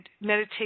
meditate